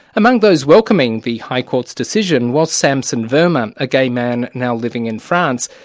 among those welcoming the high court's decision was samson verma, a gay man now living in france.